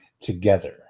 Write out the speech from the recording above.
together